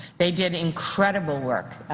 they did incredible work.